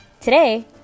Today